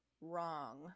wrong